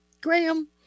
Graham